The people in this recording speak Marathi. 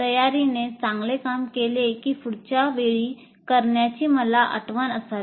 तयारीने चांगले काम केले की पुढच्या वेळी करण्याची मला आठवण असावी